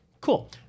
Cool